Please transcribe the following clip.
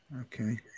Okay